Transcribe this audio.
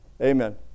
Amen